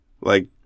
like-